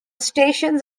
stations